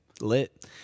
Lit